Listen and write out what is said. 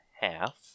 half